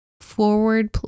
forward